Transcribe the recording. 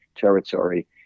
territory